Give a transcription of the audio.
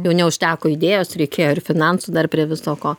jau neužteko idėjos reikėjo ir finansų dar prie viso ko